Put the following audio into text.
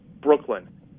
Brooklyn